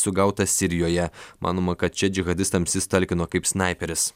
sugautas sirijoje manoma kad čia džihadistams jis talkino kaip snaiperis